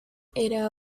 era